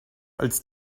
als